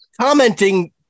commenting